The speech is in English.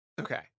Okay